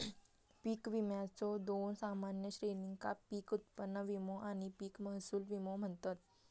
पीक विम्याच्यो दोन सामान्य श्रेणींका पीक उत्पन्न विमो आणि पीक महसूल विमो म्हणतत